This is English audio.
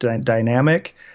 dynamic